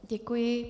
Děkuji.